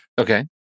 Okay